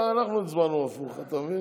אתה הצבעת הפוך ואנחנו הצבענו הפוך, אתה מבין?